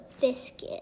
biscuit